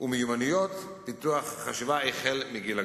ומיומנויות פיתוח חשיבה כבר מגיל הגן.